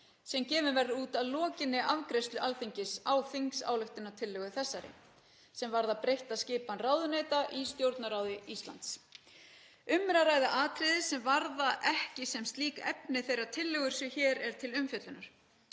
sem gefinn verður út að lokinni afgreiðslu Alþingis á þingsályktunartillögu þessari sem varðar breytta skipan ráðuneyta í Stjórnarráði Íslands. Um er að ræða atriði sem varða ekki sem slík efni þeirrar tillögu sem hér er til umfjöllunar.